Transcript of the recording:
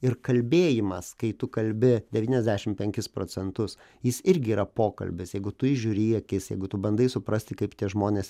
ir kalbėjimas kai tu kalbi devyniasdešim penkis procentus jis irgi yra pokalbis jeigu tu įžiūri į akis jeigu tu bandai suprasti kaip tie žmonės